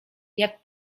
jak